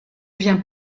vient